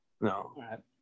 No